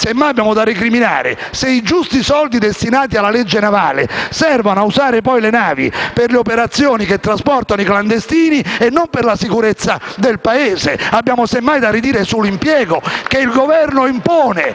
Semmai, abbiamo da recriminare se i giusti soldi destinati alla legge navale servono a usare le navi per le operazioni che trasportano i clandestini e non per la sicurezza del Paese. Abbiamo semmai da ridire sull'impiego che il Governo impone